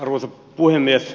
arvoisa puhemies